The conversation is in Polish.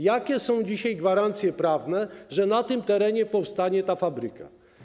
Jakie są dzisiaj gwarancje prawne, że na tym terenie powstanie ta fabryka?